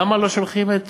למה לא שולחים את